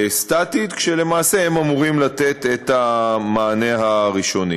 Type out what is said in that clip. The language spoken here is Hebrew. סטטית, כשלמעשה הם אמורים לתת את המענה הראשוני.